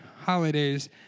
holidays